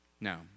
Now